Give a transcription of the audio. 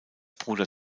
bruder